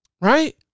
Right